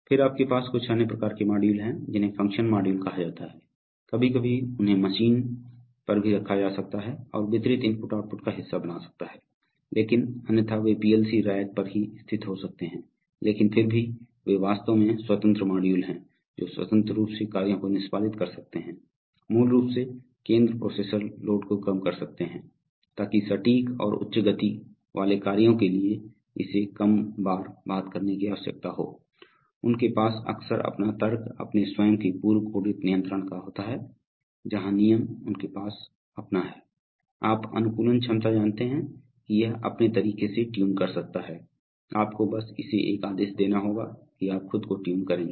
फिर आपके पास कुछ अन्य प्रकार के मॉड्यूल हैं जिन्हें फ़ंक्शन मॉड्यूल कहा जाता है कभी कभी उन्हें मशीन पर भी रखा जा सकता है और वितरित IO का हिस्सा बना सकता है लेकिन अन्यथा वे PLC रैक पर ही स्थित हो सकते हैं लेकिन फिर भी वे वास्तव में स्वतंत्र मॉड्यूल हैं जो स्वतंत्र रूप से कार्यों को निष्पादित कर सकते हैं मूल रूप से केंद्र प्रोसेसर लोड को कम कर सकते हैं ताकि सटीक और उच्च गति वाले कार्यों के लिए इसे कम बार बात करने की आवश्यकता हो और उनके पास अक्सर अपना तर्क अपने स्वयं के पूर्व कोडित नियंत्रण का होता है जहाँ नियम उनके पास अपना है आप अनुकूलन क्षमता जानते हैं कि यह अपने तरीके से ट्यून कर सकता है आपको बस इसे एक आदेश देना होगा कि आप खुद को ट्यून करेंगे